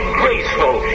graceful